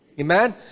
Amen